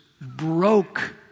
broke